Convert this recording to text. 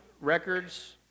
records